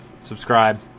subscribe